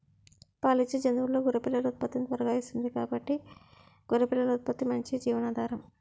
పాలిచ్చే జంతువుల్లో గొర్రె పిల్లలు ఉత్పత్తిని త్వరగా ఇస్తుంది కాబట్టి గొర్రె పిల్లల ఉత్పత్తి మంచి జీవనాధారం